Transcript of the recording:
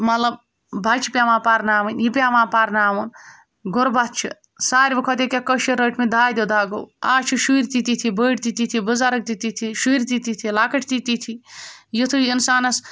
مطلب بَچہِ پٮ۪وان پَرناوٕنۍ یہِ پٮ۪وان پَرناوُن غُربت چھِ ساروِی کھۄتہٕ ییٚکیٛاہ کٔشیٖر رٔٹمٕتۍ دادیوٚ دَگو آز چھِ شُرۍ تہِ تِتھی بٔڑۍ تہِ تِتھی بُزرٕگ تہِ تِتھی شُرۍ تہِ تِتھی لۄکٕٹۍ تہِ تِتھی یُتھُے اِنسانَس